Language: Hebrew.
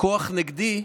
כוח נגדי,